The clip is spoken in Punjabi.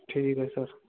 ਠੀਕ ਹੈ ਸਰ